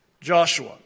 Joshua